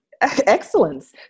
Excellence